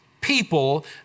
people